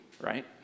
right